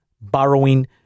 borrowing